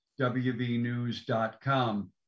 wvnews.com